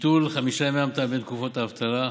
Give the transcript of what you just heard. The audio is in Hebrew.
ביטול חמישה ימי המתנה בין תקופות האבטלה,